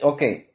Okay